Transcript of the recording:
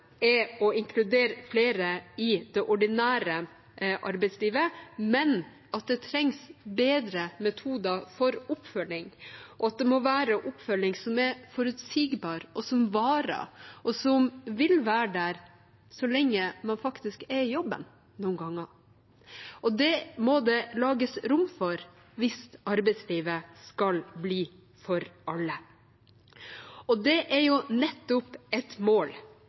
er å inkludere flere i det ordinære arbeidslivet, men at det trengs bedre metoder for oppfølging, og at det må være en oppfølging som er forutsigbar, som varer, og som vil være der så lenge man faktisk er i jobben, noen ganger. Og det må det lages rom for hvis arbeidslivet skal bli for alle. Det er nettopp et mål